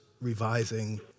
revising